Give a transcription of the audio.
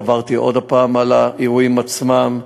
עברתי עוד הפעם על האירועים עצמם.